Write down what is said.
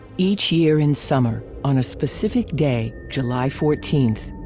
each year in summer, on a specific day, july fourteenth,